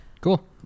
Cool